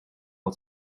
het